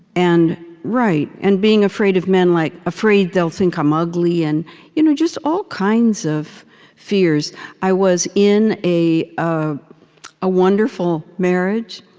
and and being afraid of men, like afraid they'll think i'm ugly, and you know just all kinds of fears i was in a ah a wonderful marriage,